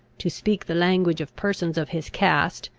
to speak the language of persons of his cast,